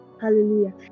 hallelujah